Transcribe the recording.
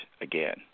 again